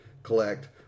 collect